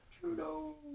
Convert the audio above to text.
Trudeau